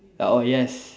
uh oh yes